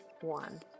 one